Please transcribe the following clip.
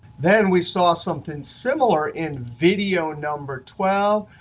then we saw something similar in video number twelve.